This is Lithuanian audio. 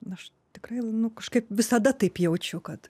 aš tikrai kažkaip visada taip jaučiu kad